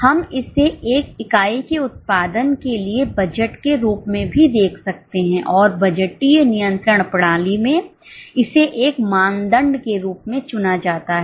हम इसे एक इकाई के उत्पादन के लिए बजट के रूप में भी देख सकते हैं और बजटीय नियंत्रण प्रणाली में इसे एक मानदंड के रूप में चुना जाता है